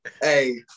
Hey